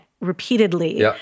repeatedly